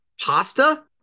Pasta